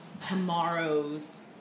tomorrow's